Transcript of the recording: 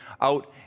out